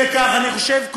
אני רואה את